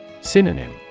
Synonym